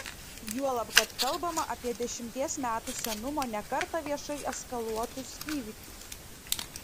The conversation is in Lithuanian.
juolab kad kalbama apie dešimties metų senumo ne kartą viešai eskaluotus įvykius